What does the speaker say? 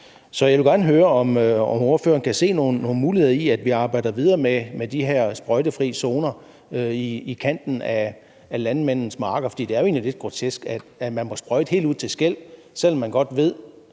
Så jeg vil gerne høre, om ordføreren kan se nogle muligheder i, at vi arbejder videre med de her sprøjtefri zoner i kanten af landmændenes marker, for det er jo egentlig lidt grotesk, at man må sprøjte helt ud til skel, selv om man via den